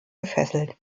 gefesselt